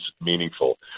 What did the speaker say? meaningful